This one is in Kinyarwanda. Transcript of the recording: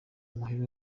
mahirwe